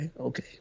okay